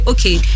Okay